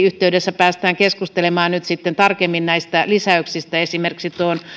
yhteydessä pääsemme keskustelemaan nyt tarkemmin näistä lisäyksistä esimerkiksi jos